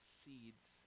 seeds